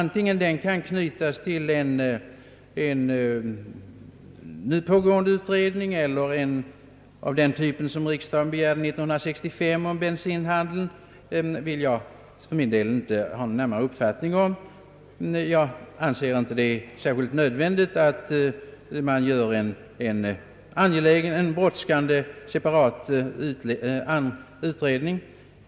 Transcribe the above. Om den kan knytas till en pågående utredning eller till en utredning av den typ riksdagen begärde 1965 om bensinhandeln har jag inte någon närmare uppfattning om. Jag anser det inte nödvändigt att man tillsätter en brådskande, separat utredning.